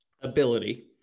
Ability